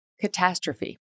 catastrophe